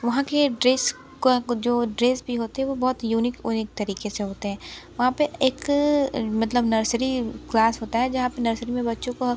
वहाँ के ड्रेस को जो ड्रेस भी होते हैं वो बहुत यूनिक यूनिक तरीक़े से होते हैं वहाँ पर एक मतलब नर्सरी क्लास होता है जहा पर नर्सरी में बच्चों को